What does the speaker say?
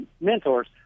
mentors